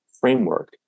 framework